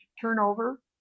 turnover